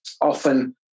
often